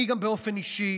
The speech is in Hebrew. אני גם באופן אישי